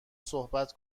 صحبت